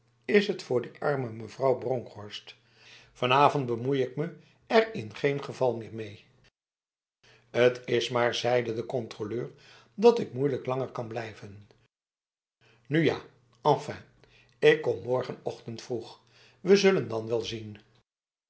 is het voor die arme mevrouw bronkhorst vanavond bemoei ik me er in geen geval meer mee het is maar zeide de controleur dat ik moeilijk langer kan blijven nu ja enfin ik kom morgenochtend vroeg we zullen dan wel zien